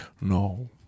No